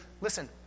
listen